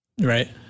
Right